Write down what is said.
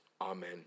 amen